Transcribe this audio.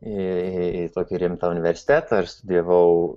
į tokį rimtą universitetą ir studijavau